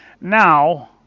Now